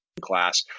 class